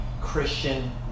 Christian